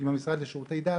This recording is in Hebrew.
עם המשרד לשירותי דת,